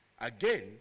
Again